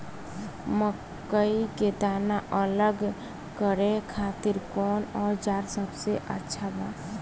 मकई के दाना अलग करे खातिर कौन औज़ार सबसे अच्छा बा?